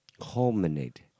culminate